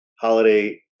holiday